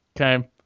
okay